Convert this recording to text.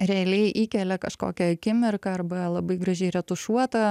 realiai įkelia kažkokią akimirką arba labai gražiai retušuotą